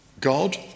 God